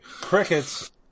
Crickets